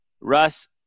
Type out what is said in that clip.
Russ